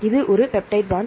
இது ஒரு peptide bond